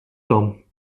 temps